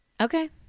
Okay